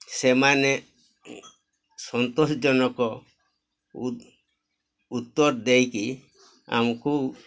ସେମାନେ ସନ୍ତୋଷ ଜନକ ଉତ୍ତର ଦେଇକି ଆମକୁ